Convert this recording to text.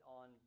on